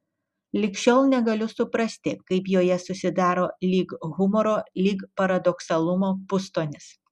lig šiol negaliu suprasti kaip joje susidaro lyg humoro lyg paradoksalumo pustonis